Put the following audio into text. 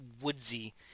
woodsy